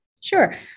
Sure